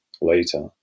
later